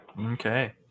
Okay